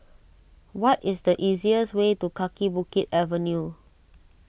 what is the easiest way to Kaki Bukit Avenue